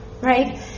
right